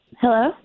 Hello